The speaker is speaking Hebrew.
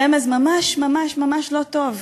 רמז: ממש ממש ממש לא טוב.